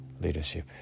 leadership